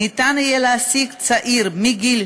תודה רבה על העבודה שלך ושל